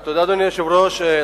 אדוני היושב-ראש,